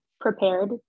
prepared